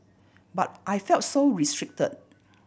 but I felt so restricted